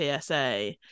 PSA